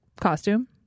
costume